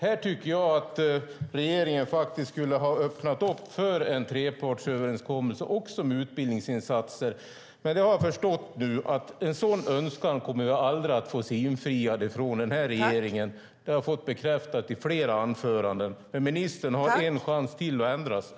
Här tycker jag att regeringen faktiskt skulle ha öppnat för en trepartsöverenskommelse också med utbildningsinsatser. Men jag har nu förstått att jag aldrig kommer att få se en sådan önskan bli infriad från denna regering. Det har jag fått bekräftat i flera anföranden. Men ministern har en chans till att ändra sig.